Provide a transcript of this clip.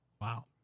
wow